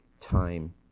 time